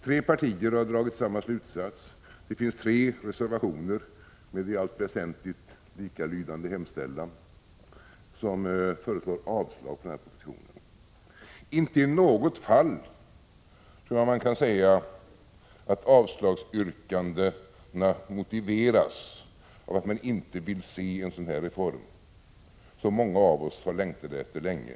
Tre partier har dragit samma slutsats. Det finns tre reservationer med i allt väsentligt likalydande hemställan — man föreslår avslag på den här propositionen. Inte i något fall tror jag avslagsyrkandet motiveras av att man inte vill se en sådan här reform. Det är en reform som många av oss har längtat efter länge.